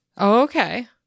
okay